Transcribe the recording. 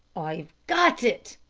i've got it,